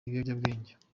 ibiyobyabwenge